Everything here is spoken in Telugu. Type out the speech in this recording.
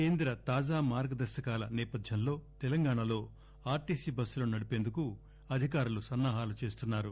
కేంద్ర తాజా మార్గదర్పకాల నేపథ్యంలో తెలంగాణాలో ఆర్మీసీ బస్సులను నడిపేందుకు అధికారులు సన్నా హాలు చేస్తున్నారు